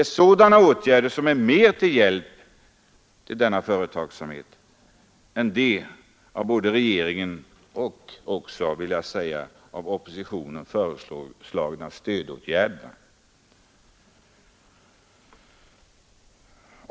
Sådana åtgärder är mera till hjälp för denna företagsamhet än de av regeringen och också, vill jag säga, av oppositionen föreslagna stödåtgärderna.